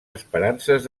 esperances